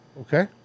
okay